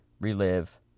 Relive